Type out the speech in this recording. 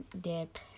dip